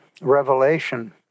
Revelation